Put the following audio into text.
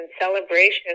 celebration